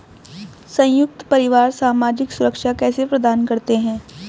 संयुक्त परिवार सामाजिक सुरक्षा कैसे प्रदान करते हैं?